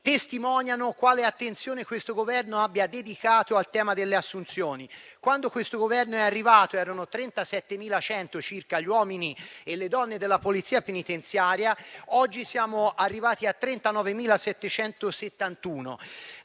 testimoniano quale attenzione questo Governo abbia dedicato al tema delle assunzioni. Quando questo Governo è arrivato, erano circa 37.100 gli uomini e le donne della Polizia penitenziaria. Oggi siamo arrivati a 39.771.